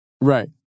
Right